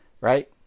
Right